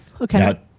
Okay